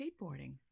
skateboarding